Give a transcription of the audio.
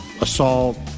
assault